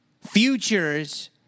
futures